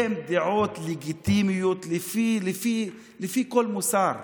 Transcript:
הן לגיטימיות, לפי כל מוסר.